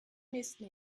nächsten